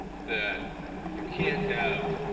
that you can't have